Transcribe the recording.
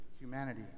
humanity